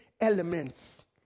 elements